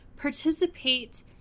participate